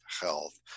health